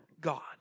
God